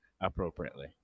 appropriately